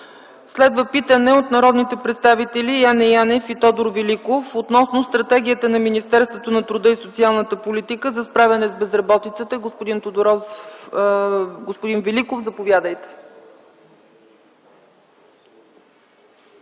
Следва питане от народните представители Яне Янев и Тодор Великов относно стратегията на Министерството на труда и социалната политика за справяне с безработицата. Господин Великов, заповядайте.